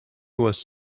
was